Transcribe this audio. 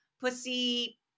pussy